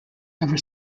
ever